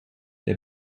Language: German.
der